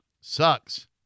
Sucks